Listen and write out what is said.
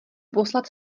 poslat